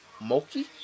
Moki